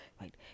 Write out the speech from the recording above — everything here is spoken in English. Right